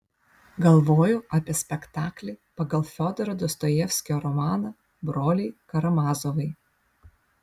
galvoju apie spektaklį pagal fiodoro dostojevskio romaną broliai karamazovai